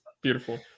beautiful